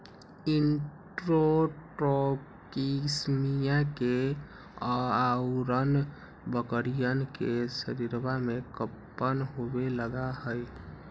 enterotoxaemia के अआरण बकरियन के शरीरवा में कम्पन होवे लगा हई